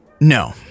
no